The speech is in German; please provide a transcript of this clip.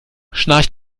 schnarcht